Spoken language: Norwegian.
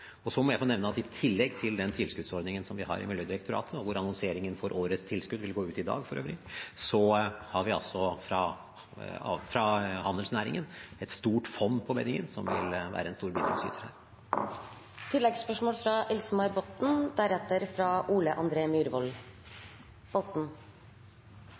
Så må jeg få nevne at i tillegg til den tilskuddsordningen som vi har i Miljødirektoratet – hvor annonseringen for årets tilskudd for øvrig går ut i dag – har vi fra handelsnæringen et stort fond på beddingen som vil være en stor bidragsyter her.